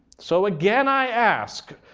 so again, i ask.